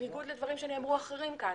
בניגוד לדברים אחרים שנאמרו כאן.